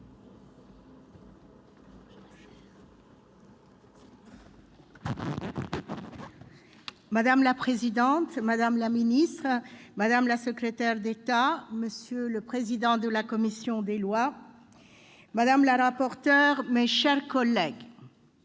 Madame la présidente, madame la ministre, madame la secrétaire d'État, monsieur le président de la commission, madame la rapporteur, mes chers collègues,